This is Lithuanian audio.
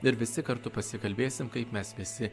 ir visi kartu pasikalbėsim kaip mes visi